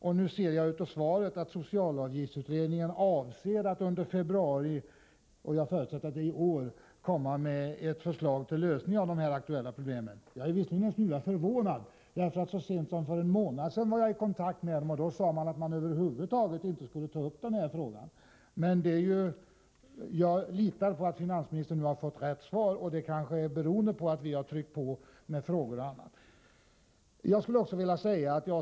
Av svaret framgår att socialavgiftsutredningen avser att under februari månad — i år, förutsätter jag — komma med ett förslag till en lösning på de aktuella problemen. Visserligen är jag en smula förvånad. Så sent som för en månad sedan var jag nämligen i kontakt med utredningen, och då sade man att man över huvud taget inte skulle ta upp den här frågan. Jag litar dock på att finansministern har fått ett riktigt svar — kanske beroende på att vi tryckt på och framställt frågor etc.